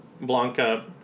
Blanca